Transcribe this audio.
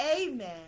amen